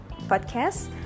podcast